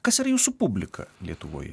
kas yra jūsų publika lietuvoj